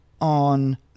on